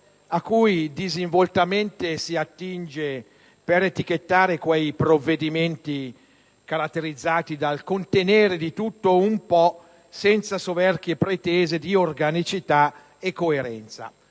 quale disinvoltamente si attinge per etichettare quei provvedimenti caratterizzati dal contenere di tutto un po', senza soverchie pretese di organicità e coerenza,